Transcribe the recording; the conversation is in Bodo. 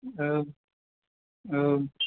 औ